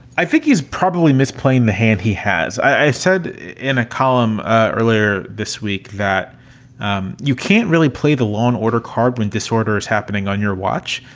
i think he's probably misplayed the hand he has. i said in a column earlier this week that um you can't really play the lone order card when disorder is happening on your watch.